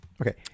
Okay